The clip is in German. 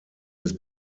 des